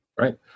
Right